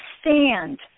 stand